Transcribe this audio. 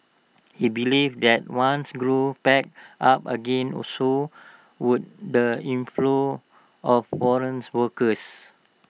he believed that once growth picked up again also would the inflow of foreigns workers